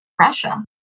Russia